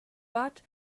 but